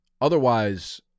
Otherwise